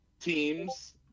Teams